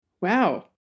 Wow